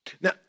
Now